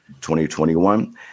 2021